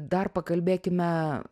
dar pakalbėkime